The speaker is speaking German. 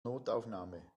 notaufnahme